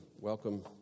welcome